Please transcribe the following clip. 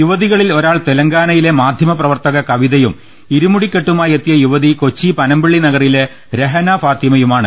യുവതി കളിൽ ഒരാൾ തെലങ്കാനയിലെ മാധ്യമ പ്രവർത്തക കവി തയും ഇരുമുടിക്കെട്ടുമായി എത്തിയ യുവതി കൊച്ചി പന മ്പിള്ളി നഗറിലെ രഹന ഫാത്തിമയുമാണ്